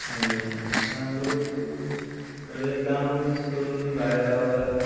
आनी आतां लोक थोडे गांव सोडून भायर रावतात